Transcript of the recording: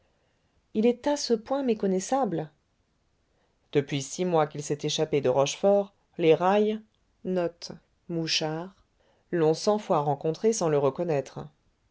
il est à ce point méconnaissable depuis six mois qu'il s'est échappé de rochefort les railles l'ont cent fois rencontré sans le reconnaître